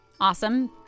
Awesome